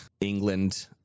England